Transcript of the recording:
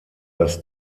dass